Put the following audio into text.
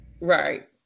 right